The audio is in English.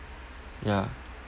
ya